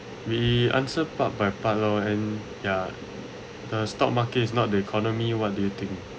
we answer part by part loh and ya the stock market is not the economy what do you think